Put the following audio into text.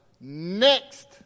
next